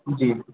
جی